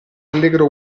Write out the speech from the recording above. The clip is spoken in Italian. allegro